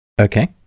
Okay